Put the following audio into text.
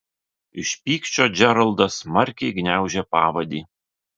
iš pykčio džeraldas smarkiai gniaužė pavadį